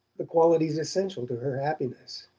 the qualities essential to her happiness.